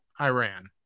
Iran